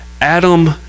Adam